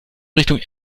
richtung